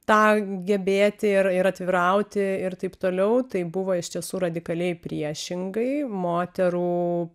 tą gebėti ir ir atvirauti ir taip toliau tai buvo iš tiesų radikaliai priešingai moterų